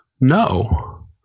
no